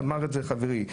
אמר את זה חברי.